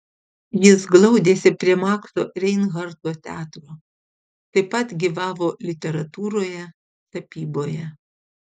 jis glaudėsi prie makso reinharto teatro taip pat gyvavo literatūroje tapyboje